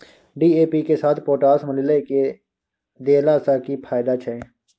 DAP के साथ potash मिललय के देला स की फायदा छैय?